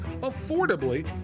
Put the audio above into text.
affordably